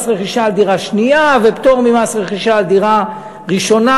רכישה על דירה שנייה ופטור ממס רכישה על דירה ראשונה,